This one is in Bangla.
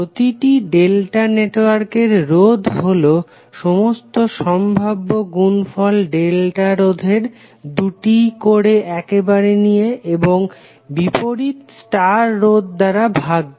প্রতিটি ডেল্টা নেটওয়ার্কের রোধ হলো সমস্ত সম্ভাব্য গুনফল ডেল্টা রোধের দুটি করে একবারে নিয়ে এবং বিপরীত স্টার রোধ দ্বারা ভাগ করে